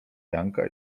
janka